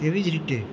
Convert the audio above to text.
તેવી જ રીતે